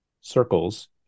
circles